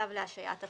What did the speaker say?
צו להשהיית תקופות).